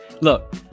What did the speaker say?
Look